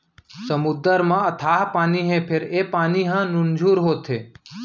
समुद्दर म अथाह पानी हे फेर ए पानी ह नुनझुर होथे